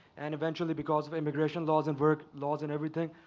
and eventually because of immigration laws and work laws and everything,